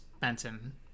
Benton